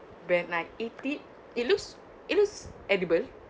when I eat it it looks it looks edible